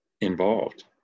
involved